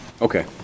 Okay